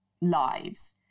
lives